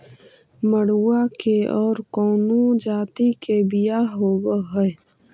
मडूया के और कौनो जाति के बियाह होव हैं?